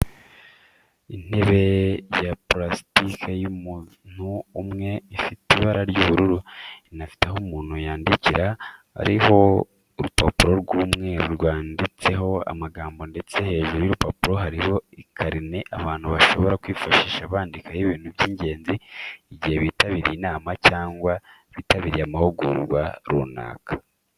Intebe ya purasitike y'umuntu umwe ifite ibara ry'ubururu, inafite aho umuntu yandikira, iriho urupapuro rw'umweru rwanditseho amagambo ndetse hejuru y'urupapuro hariho ikarine abantu bashobora kwifashisha bandikamo ibintu by'ingenzi igihe bitabiriye inama cyangwa bitabiriye amahugurwa runaka.